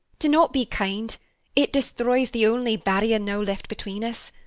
do not be kind it destroys the only barrier now left between us.